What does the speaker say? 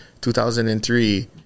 2003